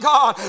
God